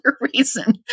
reason